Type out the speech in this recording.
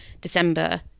December